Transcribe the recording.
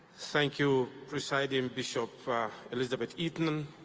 thank you presiding bishop elizabeth eaton,